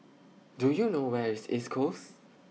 Do YOU know Where IS East Coast